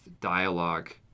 dialogue